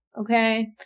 Okay